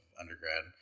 undergrad